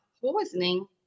poisoning